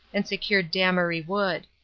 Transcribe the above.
and secured damery wood.